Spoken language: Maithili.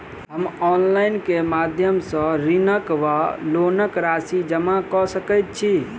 हम ऑनलाइन केँ माध्यम सँ ऋणक वा लोनक राशि जमा कऽ सकैत छी?